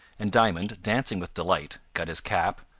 and diamond, dancing with delight, got his cap,